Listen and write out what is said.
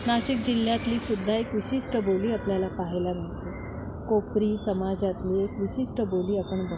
नाशिक जिल्ह्यातलीसुद्धा एक विशिष्ट बोली आपल्याला पहायला मिळते कोपरी समाजातली एक विशिष्ट बोली आपण बघतो